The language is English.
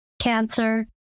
cancer